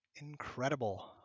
incredible